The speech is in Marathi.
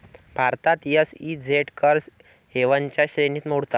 भारतात एस.ई.झेड कर हेवनच्या श्रेणीत मोडतात